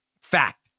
fact